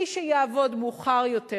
מי שיעבוד יותר,